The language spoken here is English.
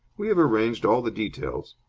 we have arranged all the details.